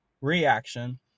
reaction